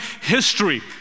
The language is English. history